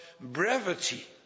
brevity